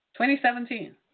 2017